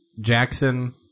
Jackson